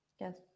yes